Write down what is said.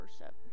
worship